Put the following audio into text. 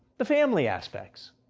the family aspects.